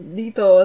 dito